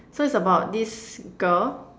so is about this girl